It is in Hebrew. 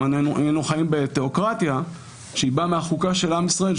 אם היינו חיים בתיאוקרטיה שהיא באה מהחוקה של עם ישראל,